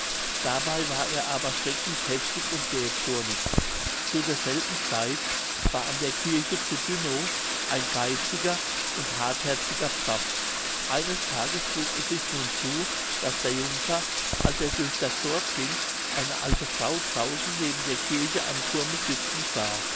dabei war er aber erschrecklich heftig und jähzornig zu derselben zeit war an der kirche zu dünnow ein geiziger und hartherziger pfaff eines tages trug es sich nun zu daß der junker als er durch das dorf ging eine alte frau draußen neben der kirche am thurme sitzen sah